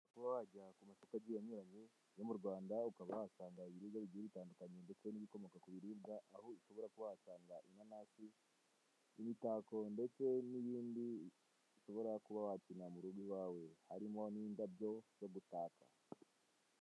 Kuba wajya ku masoko agiye anyuranye yo mu Rwanda ukaba wahasanga ibiribwa bigiye bitandukanye ndetse n'ibikomoka ku biribwa, aho ushobora kuba wahasanga inanasi, imitako ndetse n'ibindi ushobora kuba wakenena mu rugo iwawe, harimo n'indabyo zo gutaka.